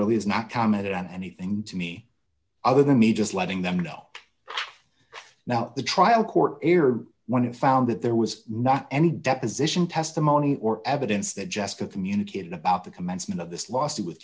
really has not commented on anything to me other than me just letting them know now the trial court erred when you found that there was not any deposition testimony or evidence that jessica communicated about the commencement of this lawsuit with